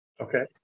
Okay